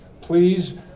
please